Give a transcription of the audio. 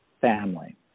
family